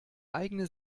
eigene